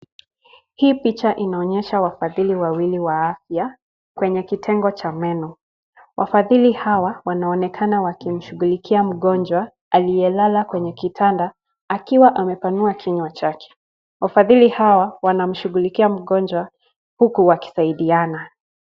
Hii picha inaonyesha wafadhili wawili wa afya kwenye kitengo cha meno. Wafadhili hawa wanaonekana wakimshughulikia mgonjwa aliyelala kwenye kitanda, akiwa amepanua kinywa chake. Wafadhili hawa wanamshughulikia mgonjwa, huku wakisaidiana.